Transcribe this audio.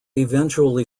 eventually